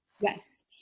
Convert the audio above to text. yes